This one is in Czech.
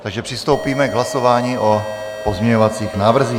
Takže přistoupíme k hlasování o pozměňovacích návrzích.